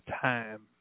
time